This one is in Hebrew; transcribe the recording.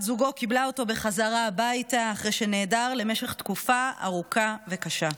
בת זוגו קיבלה אותו חזרה הביתה אחרי שנעדר למשך תקופה ארוכה וקשה.